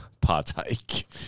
partake